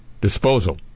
disposal